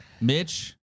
Mitch